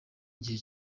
igihe